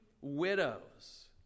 widows